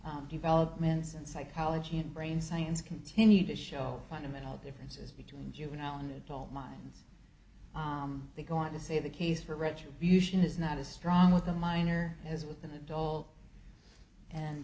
say developments in psychology and brain science continue to show fundamental differences between juvenile in the coal mines they go on to say the case for retribution is not as strong with the minor as with an adult and